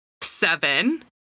seven